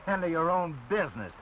tend to your own business